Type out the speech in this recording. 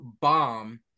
bomb